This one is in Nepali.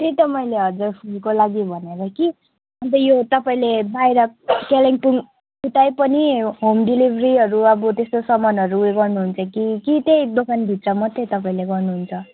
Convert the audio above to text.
त्यही त मैले हजुर फुलको लागि भनेर कि अन्त यो तपाईँले बाहिर कालिम्पोङ उतै पनि होम डेलिभरीहरू अब त्यस्तो सामानहरू उयो गर्नुहुन्छ कि कि त्यही दोकानभित्र मात्रै तपाईँले गर्नुहुन्छ